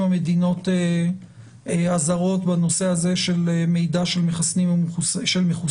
המדינות הזרות בנושא הזה של מידע של מחוסנים.